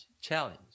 challenge